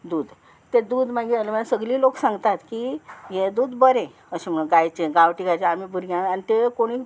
दूद तें दूद मागीर सगले लोक सांगतात की हे दूद बरें अशें म्हणोन गायचें गांवटी गायचें आमी भुरग्यांक आनी ते कोणी